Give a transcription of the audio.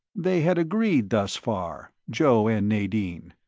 they had agreed, thus far, joe and nadine.